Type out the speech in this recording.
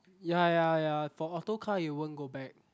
ya ya ya for auto car it won't go back